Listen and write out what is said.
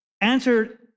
answered